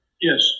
Yes